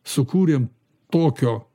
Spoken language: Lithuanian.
sukūrėm tokio